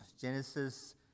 Genesis